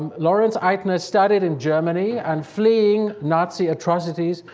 um lawrence eitner started in germany and fleeing nazi atrocities,